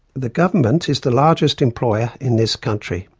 the government is the largest employer in this country,